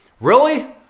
really?